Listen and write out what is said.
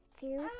two